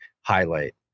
highlight